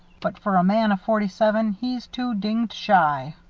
but, for a man of forty-seven, he's too dinged shy.